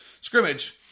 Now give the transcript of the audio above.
scrimmage